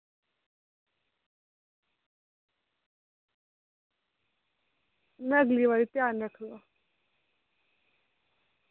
में अगली बार ध्यान रक्खगा